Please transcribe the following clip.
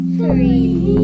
three